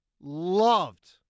loved